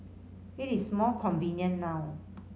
it is more convenient now